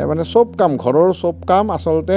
এই মানে চব কাম ঘৰৰ চব কাম আচলতে